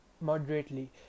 moderately